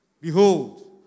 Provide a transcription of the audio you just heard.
behold